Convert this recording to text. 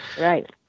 Right